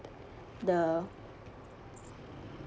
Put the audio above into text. the